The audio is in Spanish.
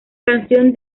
canción